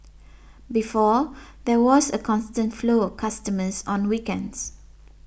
before there was a constant flow of customers on weekends